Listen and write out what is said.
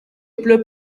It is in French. pleut